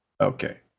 Okay